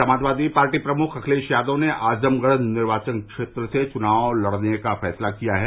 Samajwadi party प्रमुख अखिलेश यादव ने आजमगढ़ निर्वाचन क्षेत्र से लोकसभा चुनाव लड़ने का फैसला किया है